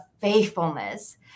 faithfulness